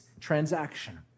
transaction